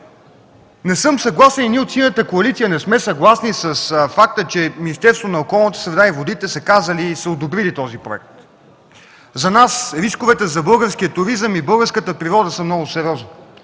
Не съм съгласен и ние от Синята коалиция не сме съгласни с факта, че Министерството на околната среда и водите са одобрили този проект. За нас рисковете за българския туризъм и българската природа са много сериозни.